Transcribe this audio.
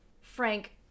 Frank